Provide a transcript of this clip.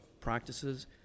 practices